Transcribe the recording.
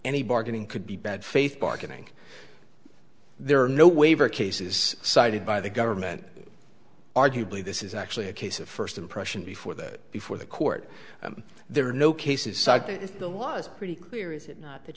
any bargaining could be bad faith bargaining there are no waiver cases cited by the government arguably this is actually a case of first impression before that before the court there are no cases so i think the was pretty clear is it not that